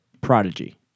Prodigy